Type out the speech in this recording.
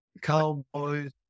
cowboys